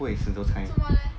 不会死 those kind